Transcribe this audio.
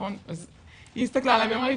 אז היא הסתכלה עלי ואמרה לי,